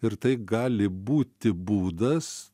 ir tai gali būti būdas